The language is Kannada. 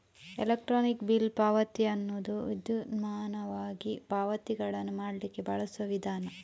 ಎಲೆಕ್ಟ್ರಾನಿಕ್ ಬಿಲ್ ಪಾವತಿ ಅನ್ನುದು ವಿದ್ಯುನ್ಮಾನವಾಗಿ ಪಾವತಿಗಳನ್ನ ಮಾಡ್ಲಿಕ್ಕೆ ಬಳಸುವ ವಿಧಾನ